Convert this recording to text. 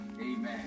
amen